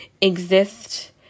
exist